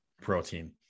protein